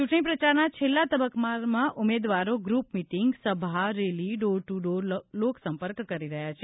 ચૂંટણી પ્રચારના છેલ્લાં તબક્કામાં ઉમેદવારો ગ્રૂપ મીટિંગ સભા રેલી ડોર ટૂ ડોર લોકસંપર્ક કરી રહ્યાં છે